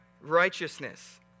righteousness